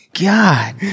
God